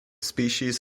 species